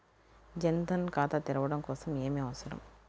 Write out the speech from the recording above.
జన్ ధన్ ఖాతా తెరవడం కోసం ఏమి అవసరం?